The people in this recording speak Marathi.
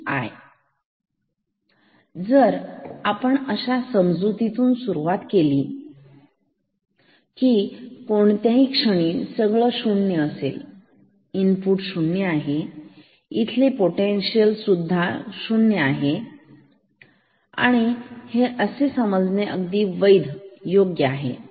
जर आपण अशा समजुती तून सुरुवात केलेली आहे की कोणत्याही क्षणी सगळ 0 असेल इनपुट 0 आहे इथले पोटेन्शियल सुद्धा 0 आहे हे सुद्धा शून्य आहे आणि हे असे समजणे अगदी वैध योग्य आहे